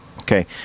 Okay